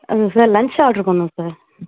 அது sir lunch order பண்ணணும் sir